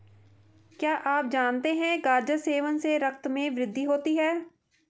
क्या आप जानते है गाजर सेवन से रक्त में वृद्धि होती है?